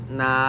na